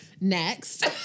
Next